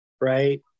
Right